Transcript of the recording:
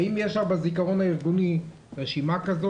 האם יש לך בזיכרון הארגוני רשימה כזאת?